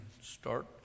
start